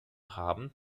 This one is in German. haben